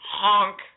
Honk